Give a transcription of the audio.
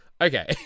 Okay